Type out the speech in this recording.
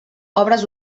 obres